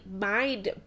Mind